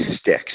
sticks